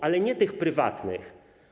Ale nie tych prywatnych.